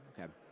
Okay